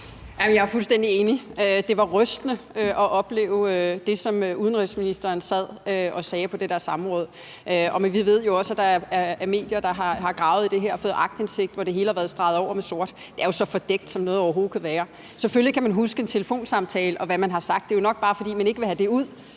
Jeg er fuldstændig enig. Det var rystende at opleve det, som udenrigsministeren sad og sagde på det der samråd. Og vi ved jo også, at der er medier, der har gravet i det her og fået aktindsigt, hvor det hele har været streget over med sort. Det er jo så fordækt, som noget overhovedet kan være. Selvfølgelig kan man huske en telefonsamtale, og hvad man har sagt. Det er nok bare, fordi man ikke vil have det,